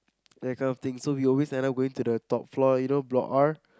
that kind of thing so we always ended going up to the top floor you know block R that kind of thing